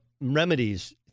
remedies